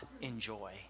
enjoy